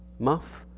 muff,